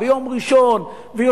זה היום הכי חזק של הפעילות בשבוע,